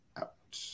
out